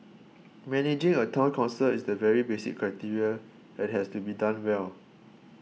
managing a Town Council is the very basic criteria and has to be done well